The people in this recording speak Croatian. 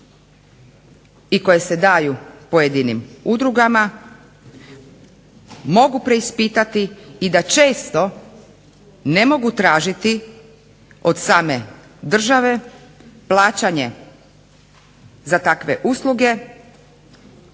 i koja se daju pojedinim udrugama mogu preispitati i da često ne mogu tražiti od same države plaćanje za takve usluge